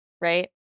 right